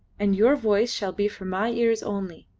and your voice shall be for my ears only.